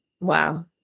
Wow